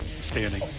standing